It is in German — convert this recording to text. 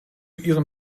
ihren